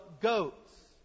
goats